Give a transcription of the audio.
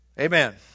Amen